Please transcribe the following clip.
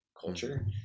culture